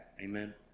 Amen